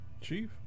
Chief